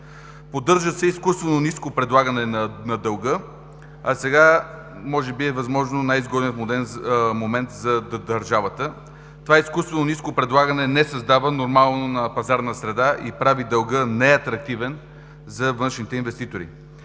Поддържа се изкуствено ниско предлагане на дълга, а сега може би е възможно най-изгодният му момент за държавата. Това изкуствено ниско предлагане не създава нормална пазарна среда и прави дълга неатрактивен за външните инвеститори.